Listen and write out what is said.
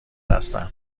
هستند